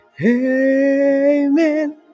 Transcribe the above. amen